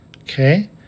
okay